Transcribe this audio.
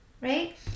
Right